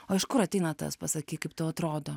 o iš kur ateina tas pasakyk kaip tau atrodo